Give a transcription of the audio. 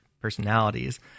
personalities